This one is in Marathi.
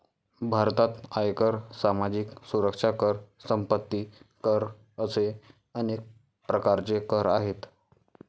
भारतात आयकर, सामाजिक सुरक्षा कर, संपत्ती कर असे अनेक प्रकारचे कर आहेत